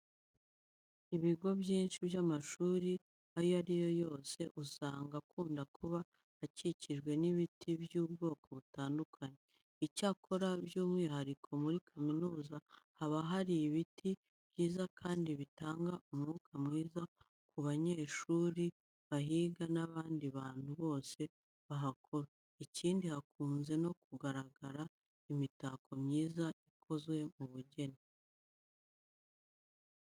Ibigo byinshi by'amashuri ayo ari yo yose usanga akunda kuba akikijwe n'ibiti by'ubwoko butandukanye. Icyakora by'umwihariko muri kaminuza haba hari ibiti byiza kandi bitanga umwuka mwiza ku banyeshuri bahiga n'abandi bantu bose bahakora. Ikindi hakunze no kugaragara imitako myiza ikoze mu bugeni.